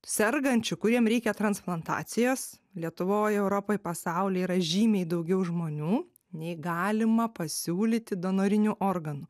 sergančių kuriem reikia transplantacijos lietuvoj europoj pasauly yra žymiai daugiau žmonių nei galima pasiūlyti donorinių organų